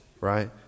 right